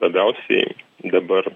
labiausiai dabar